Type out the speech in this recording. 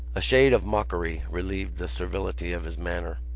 a shade of mockery relieved the servility of his manner.